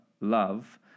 love